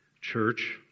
church